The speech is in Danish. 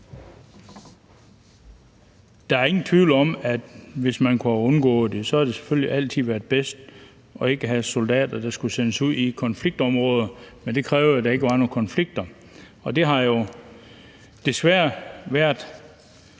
Der er ingen tvivl om, at hvis man kunne undgå det, ville det selvfølgelig altid være bedst ikke at have soldater sendt ud i konfliktområder, men det kræver jo, at der ikke er nogen konflikter. Det har der jo desværre været